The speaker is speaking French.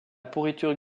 pourriture